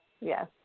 Yes